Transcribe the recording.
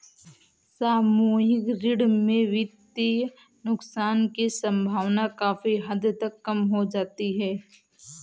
सामूहिक ऋण में वित्तीय नुकसान की सम्भावना काफी हद तक कम हो जाती है